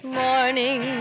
morning